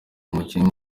umukinnyi